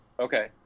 Okay